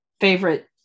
favorite